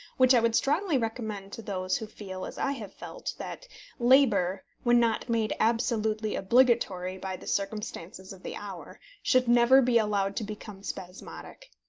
which i would strongly recommend to those who feel as i have felt, that labour, when not made absolutely obligatory by the circumstances of the hour, should never be allowed to become spasmodic.